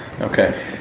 Okay